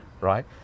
right